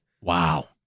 Wow